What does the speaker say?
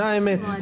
זאת האמת.